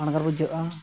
ᱯᱷᱟᱬᱜᱟᱨ ᱵᱩᱡᱷᱟᱹᱜᱼᱟ